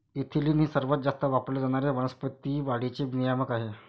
ethylene हे सर्वात जास्त वापरले जाणारे वनस्पती वाढीचे नियामक आहे